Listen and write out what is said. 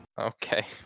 Okay